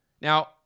Now